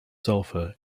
sulfur